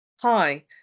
Hi